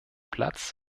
platz